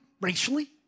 racially